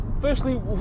Firstly